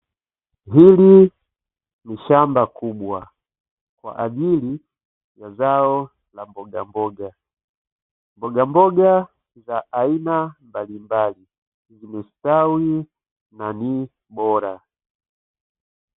Hili ni shamba kubwa kwa ajili ya zao la mbogamboga, mbogamboga za aina mbalimbali zimestawi na ni bora.